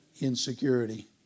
insecurity